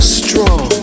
strong